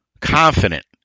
confident